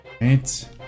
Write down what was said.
Right